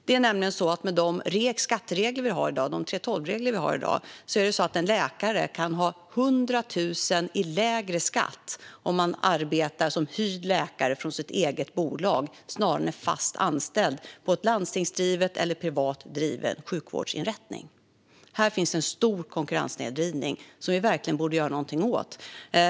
Det är nämligen så att med de skatteregler vi har i dag, 3:12-reglerna, kan en läkare som arbetar som hyrd läkare från sitt eget bolag ha 100 000 i lägre skatt än en fast anställd på en landstingsdriven eller privat driven sjukvårdsinrättning. Här finns en stor konkurrenssnedvridning som vi verkligen borde göra något åt.